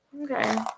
Okay